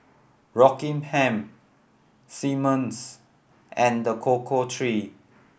Rockingham Simmons and The Cocoa Trees